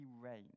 rain